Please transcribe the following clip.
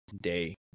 day